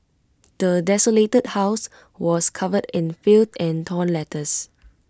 the desolated house was covered in filth and torn letters